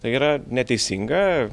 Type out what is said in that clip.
tai yra neteisinga